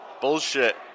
Bullshit